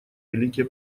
великие